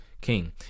king